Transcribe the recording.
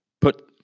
put